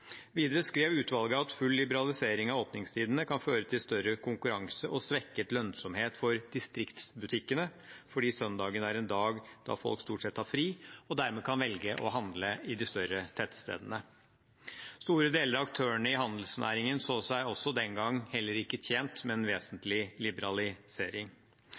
Videre skrev utvalget at full liberalisering av åpningstidene kan føre til større konkurranse og svekket lønnsomhet for distriktsbutikkene fordi søndagen er en dag da folk stort sett har fri og dermed kan velge å handle i de større tettstedene. Store deler av aktørene i handelsnæringen så seg heller ikke den gang tjent med en vesentlig liberalisering.